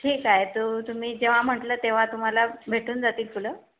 ठीक आहे तू तुम्ही जेव्हा म्हटलं तेव्हा तुम्हाला भेटून जातील फुलं